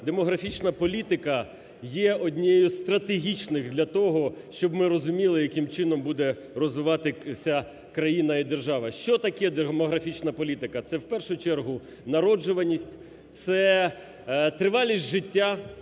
демографічна політика є однією з стратегічних для того, щоб ми розуміли, яким чином буде розвиватися країна і держава. Що таке демографічна політика? Це, в першу чергу, народжуваність, це тривалість життя